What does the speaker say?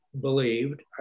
believed